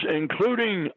including